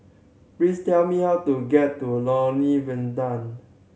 please tell me how to get to Lornie